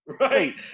right